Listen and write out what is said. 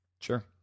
Sure